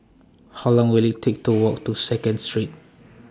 How Long Will IT Take to Walk to Second Street